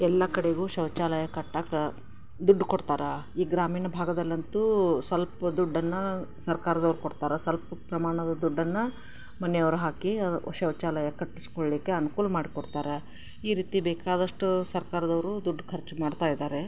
ಎಲ್ಲ ಕಡೆಗೂ ಶೌಚಾಲಯ ಕಟ್ಟೋಕೆ ದುಡ್ಡು ಕೊಡ್ತಾರೆ ಈ ಗ್ರಾಮೀಣ ಭಾಗದಲ್ಲಂತೂ ಸ್ವಲ್ಪ ದುಡ್ಡನ್ನು ಸರ್ಕಾರದವ್ರು ಕೊಡ್ತಾರೆ ಸ್ವಲ್ಪ ಪ್ರಮಾಣದ ದುಡ್ಡನ್ನು ಮನೆಯವರು ಹಾಕಿ ಶೌಚಾಲಯ ಕಟ್ಟಿಸಿಕೊಳ್ಳಿಕ್ಕೆ ಅನ್ಕೂಲ ಮಾಡಿ ಕೊಡ್ತಾರೆ ಈ ರೀತಿ ಬೇಕಾದಷ್ಟು ಸರ್ಕಾರದವರು ದುಡ್ಡು ಖರ್ಚು ಮಾಡ್ತಾ ಇದ್ದಾರೆ